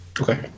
Okay